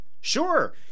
Sure